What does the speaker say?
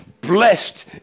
Blessed